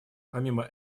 помимо